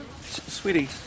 sweetie